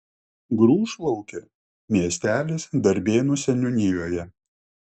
grūšlaukė miestelis darbėnų seniūnijoje